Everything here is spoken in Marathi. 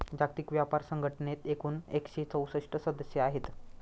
जागतिक व्यापार संघटनेत एकूण एकशे चौसष्ट सदस्य आहेत